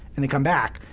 and they come back.